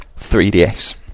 3ds